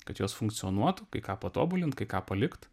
kad jos funkcionuotų kai ką patobulint kai ką palikt